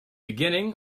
beginning